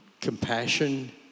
compassion